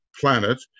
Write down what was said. planet